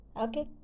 okay